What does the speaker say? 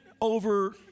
over